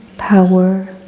power,